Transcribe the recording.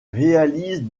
réalise